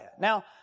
Now